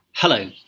Hello